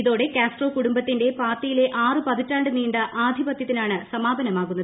ഇതോടെ കാസ്ട്രോ കുടുംബത്തിന്റെ പാർട്ടിയിലെ ആറ് പതിറ്റാണ്ട് നീണ്ട ആധിപത്യത്തിനാണ് സമാപനമാകുന്നത്